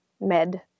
med